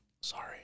sorry